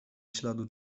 śladu